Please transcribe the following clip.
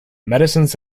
medicines